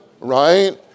right